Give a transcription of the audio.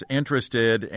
interested